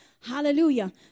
Hallelujah